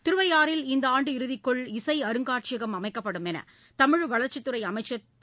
திருவையாறில் இந்தஆண்டு இறுதிக்குள் இசைஅருங்காட்சியகம் அமைக்கப்படும் என்றுதமிழ் வளர்ச்சித் துறைஅமைச்சர் திரு